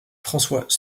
françois